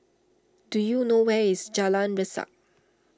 do you know where is Jalan Resak